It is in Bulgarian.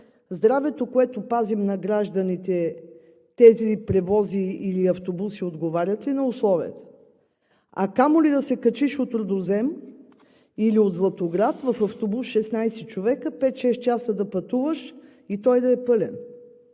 здравето, което пазим на гражданите, тези превози и автобуси отговарят ли на условията? Камо ли да се качиш от Рудозем или от Златоград в автобус с 16 човека, да пътуваш 5 – 6 часа и той да е пълен,